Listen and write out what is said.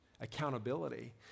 accountability